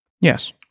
Yes